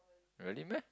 really meh